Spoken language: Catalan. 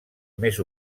més